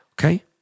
okay